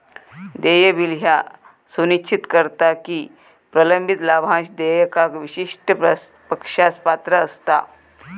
देय बिल ह्या सुनिश्चित करता की प्रलंबित लाभांश देयका विशिष्ट पक्षास पात्र असता